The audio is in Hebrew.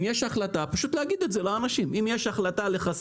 אם יש החלטה פשוט להגיד את זה לאנשים.